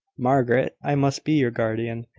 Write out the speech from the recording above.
margaret, i must be your guardian.